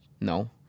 No